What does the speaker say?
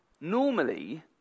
Normally